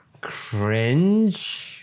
Cringe